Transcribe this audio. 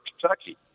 Kentucky